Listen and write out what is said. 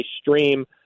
stream